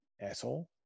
asshole